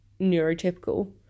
neurotypical